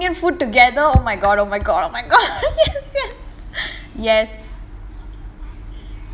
we should eat nottingham food together oh my god oh my god oh my god yes